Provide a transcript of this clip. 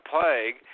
plague